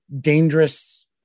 dangerous